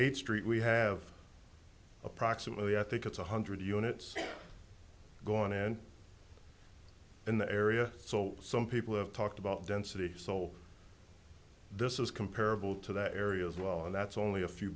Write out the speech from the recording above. also the street we have approximately i think it's one hundred units gone and in the area so some people have talked about density soul this is comparable to that area as well and that's only a few